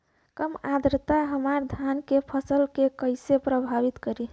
कम आद्रता हमार धान के फसल के कइसे प्रभावित करी?